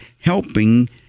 helping